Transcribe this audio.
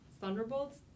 Thunderbolts